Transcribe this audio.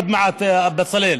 בצלאל.